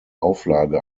auflage